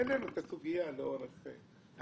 העלינו את הסוגיה לאורך הדיון.